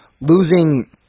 Losing